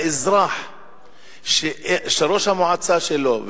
האזרח שראש המועצה שלו,